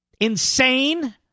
insane